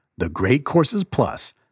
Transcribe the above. thegreatcoursesplus